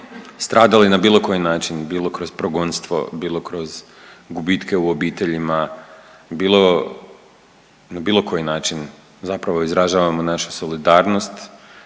stradali na bilo koji način, bilo kroz progonstvo, bilo kroz gubitke u obiteljima, na bilo koji način zapravo izražavamo našu solidarnost